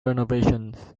renovations